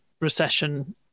recession